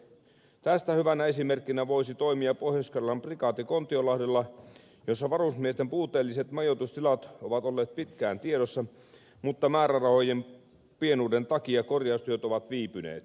tästä hyvänä esimerkkinä voisi toimia pohjois karjalan prikaati kontiolahdella jossa varusmiesten puutteelliset majoitustilat ovat olleet pitkään tiedossa mutta määrärahojen pienuuden takia korjaustyöt ovat viipyneet